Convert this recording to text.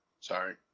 Sorry